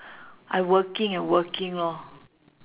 I working and working lor